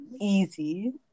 Easy